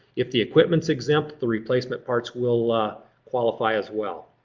if the equipment's exempt, the replacement parts will ah qualify as well.